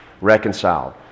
Reconciled